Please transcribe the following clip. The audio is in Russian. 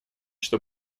что